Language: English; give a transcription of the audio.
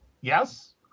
Yes